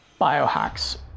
biohacks